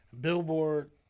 Billboard